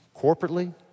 corporately